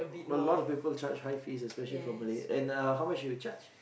well a lot of people charge high fees especially for Malay and uh how much do you charge